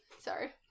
Sorry